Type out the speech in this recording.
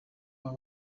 baba